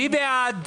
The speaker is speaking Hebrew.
מי בעד?